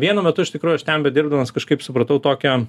vienu metu iš tikrųjų aš ten bedirbdamas kažkaip supratau tokią